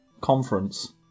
conference